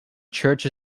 church